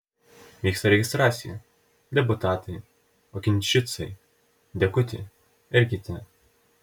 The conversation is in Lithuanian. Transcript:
vyksta registracija deputatai okinčicai deguti ir kiti